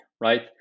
right